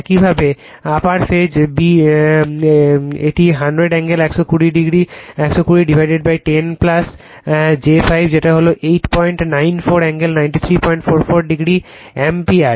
একইভাবে upper phase b এটি 100 angle 120 divided 10 j 5 যেটা হলো 894 অ্যাঙ্গেল 9344o অ্যাম্পিয়ার